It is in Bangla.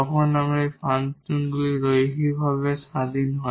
তখন এই ফাংশনগুলি লিনিয়ারভাবে ইন্ডিপেন্ডেট হয়